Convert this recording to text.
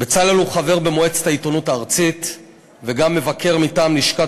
בצלאל הוא חבר במועצת העיתונות הארצית וגם מבקר מטעם לשכת